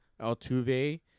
Altuve